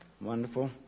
Wonderful